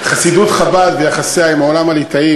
משהו על חסידות חב"ד ויחסיה עם העולם הליטאי,